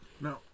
No